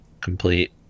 complete